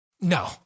No